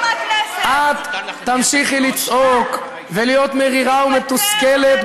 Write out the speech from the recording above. תמשיכי לקטר ולצעוק ולהיות מתוסכלת,